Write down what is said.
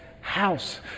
house